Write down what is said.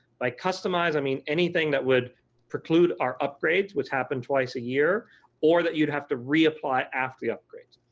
by customize i mean anything that would preclude our upgrade which happens twice a year or that you would have to reapply after the upgrade.